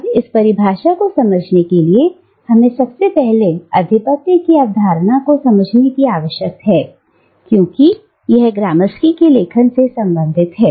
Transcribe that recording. अब इस परिभाषा को समझने के लिए हमें सबसे पहले आधिपत्य की अवधारणा को समझने की आवश्यकता है क्योंकि यह ग्रामस्की के लेखन में संचालित है